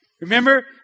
Remember